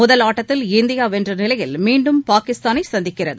முதல் ஆட்டத்தில் இந்தியாவென்றநிலையில் மீண்டும் பாகிஸ்தானைசந்திக்கிறது